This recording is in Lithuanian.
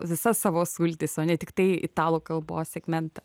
visas savo sultis o ne tiktai italų kalbos segmentą